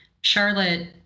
Charlotte